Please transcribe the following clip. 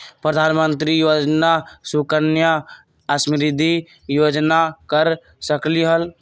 प्रधानमंत्री योजना सुकन्या समृद्धि योजना कर सकलीहल?